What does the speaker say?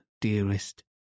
dearest